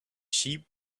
sheep